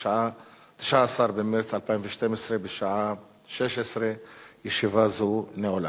19 במרס 2012, בשעה 16:00. ישיבה זו נעולה.